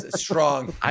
strong